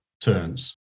turns